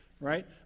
right